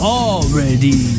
already